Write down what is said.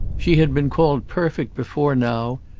she had been called perfect before now,